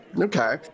Okay